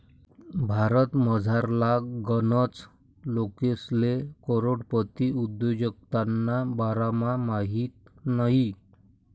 भारतमझारला गनच लोकेसले करोडपती उद्योजकताना बारामा माहित नयी